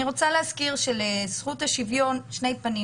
אני רוצה להזכיר שלזכות השוויון שני פנים: